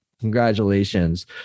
Congratulations